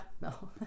No